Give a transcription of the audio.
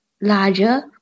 larger